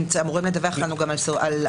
הם אמורים לדווח לנו גם על ניסיון.